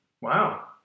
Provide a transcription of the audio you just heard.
Wow